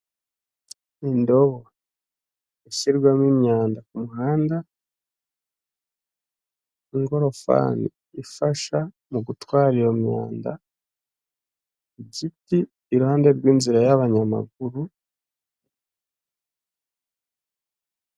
Indobo ishyirwamo imyanda ku muhanda, ingorofani ifasha mu gutwara iyo myanda , igiti i ruhande rw'inzira y'abanyamaguru,...